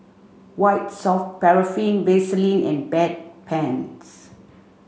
White Soft Paraffin Vaselin and Bedpans